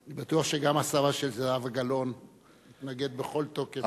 אני בטוח שגם הסבא של זהבה גלאון התנגד בכל תוקף.